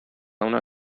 una